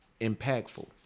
impactful